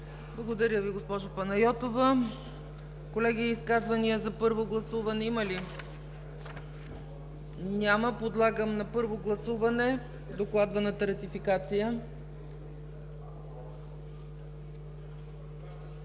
Благодаря Ви, госпожо Панайотова. Колеги, има ли изказвания за първо гласуване? Няма. Подлагам на първо гласуване докладваната ратификация.